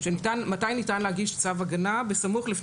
מתי ניתן להגיש צו הגנה - "סמוך לפני